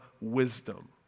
wisdom